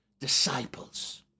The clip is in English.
disciples